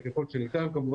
כבר מזמן,